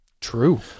True